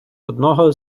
одного